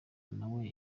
nawe